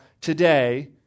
today